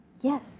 Yes